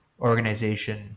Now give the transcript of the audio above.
organization